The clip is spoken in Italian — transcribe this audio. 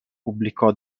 pubblicò